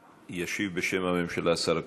ישיב בשם הממשלה השר אקוניס.